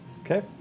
Okay